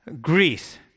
Greece